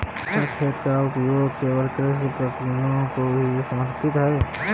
क्या खेत का प्रयोग केवल कृषि प्रक्रियाओं को ही समर्पित है?